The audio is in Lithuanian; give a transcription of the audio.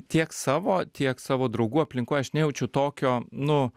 tiek savo tiek savo draugų aplinkoj aš nejaučiu tokio nu